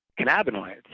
cannabinoids